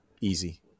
Easy